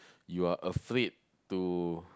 you are afraid to